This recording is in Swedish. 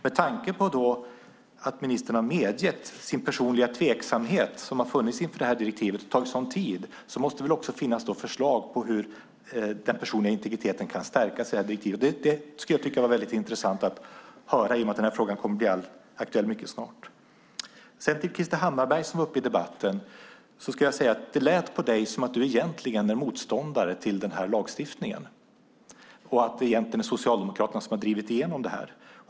Med tanke på att ministern har medgett sin personliga tveksamhet inför direktivet och att det tagit så lång tid måste det väl finnas förslag på hur den personliga integriteten kan stärkas i direktivet. Det tycker jag skulle vara väldigt intressant att höra i och med att den här frågan kommer att bli aktuell mycket snart. Krister Hammarbergh var uppe i debatten, och det lät på honom som att han egentligen är motståndare till den här lagstiftningen och att det egentligen är Socialdemokraterna som har drivit igenom den.